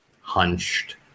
hunched